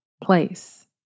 place